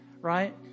right